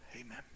Amen